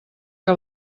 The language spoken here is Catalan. que